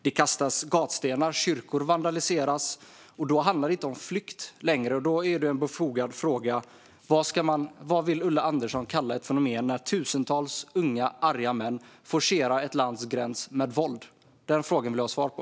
Det kastas gatstenar, och kyrkor vandaliseras. Då handlar det inte om flykt längre. Därför är det en befogad fråga vad Ulla Andersson vill kalla fenomenet att tusentals unga, arga män forcerar ett lands gräns med våld. Den frågan vill jag ha svar på.